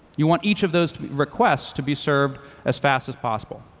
you want each of those requests to be served as fast as possible.